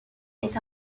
est